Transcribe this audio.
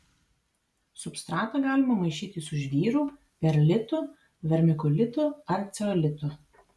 substratą galima maišyti su žvyru perlitu vermikulitu ar ceolitu